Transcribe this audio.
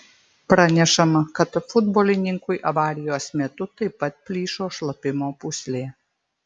pranešama kad futbolininkui avarijos metu taip pat plyšo šlapimo pūslė